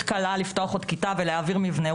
קלה לפתוח עוד כיתה ולהעביר מבנה,